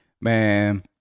man